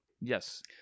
Yes